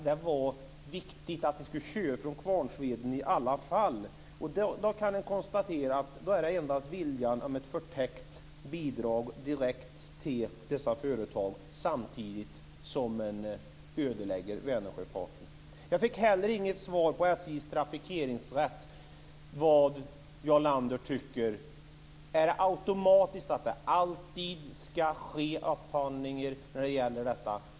Det viktiga är att man ändå ska köra från Kvarnsveden. Man kan konstatera att det då endast är fråga om en vilja att ge ett förtäckt bidrag direkt till de berörda företagen, samtidigt som man ödelägger Vänersjöfarten. Jag fick inte heller något svar på vad Jarl Lander tycker om SJ:s trafikeringsrätt. Ska det ske en upphandling automatiskt?